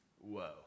Whoa